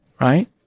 right